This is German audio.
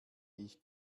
ich